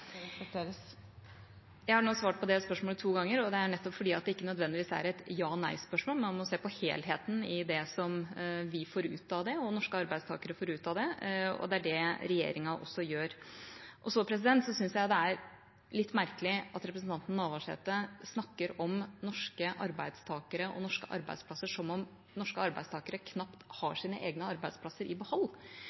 respekteres. Takk! Jeg har nå svart på det spørsmålet to ganger, og det er fordi det ikke nødvendigvis er et ja/nei-spørsmål. Man må se på helheten i det vi og norske arbeidstakere får ut av det. Det er det regjeringa også gjør. Jeg syns det er litt merkelig at representanten Navarsete snakker om norske arbeidstakere og norske arbeidsplasser som om norske arbeidstakere knapt har egne arbeidsplasser i behold.